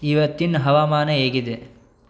ಇವತ್ತಿನ ಹವಾಮಾನ ಹೇಗಿದೆ